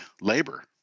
labor